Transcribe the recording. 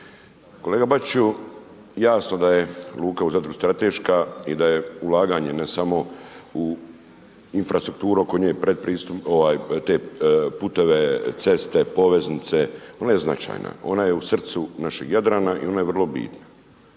Kolega Bačiću, jasno da je luka u Zadru strateška i da je ulaganje, ne samo u infrastrukturu oko nje, te puteve, ceste, poveznice, ona je značajna. Ona je u srcu našeg Jadrana i ona je vrlo bitna.